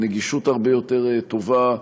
בנגישות הרבה יותר טובה,